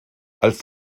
als